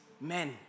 men